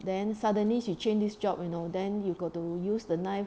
then suddenly she change this job you know then you got to use the knife